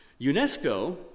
UNESCO